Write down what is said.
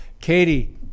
katie